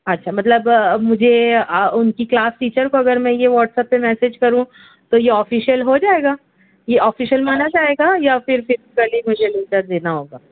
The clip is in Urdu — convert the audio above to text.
اچھا مطلب مجھے اُن کی کلاس ٹیچر کو اگر میں یہ واٹسپ پہ میسیج کروں تو یہ آفیسیئل ہو جائے گا یہ آفیسیئل مانا جائے گا یا پھر مجھے پرسنلی مجھے لیٹر دینا ہوگا